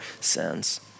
sins